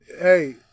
hey